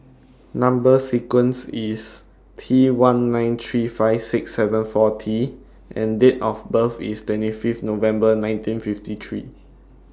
Number sequence IS T one nine three five six seven four T and Date of birth IS twenty Fifth November nineteen fifty three